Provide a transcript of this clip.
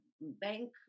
bank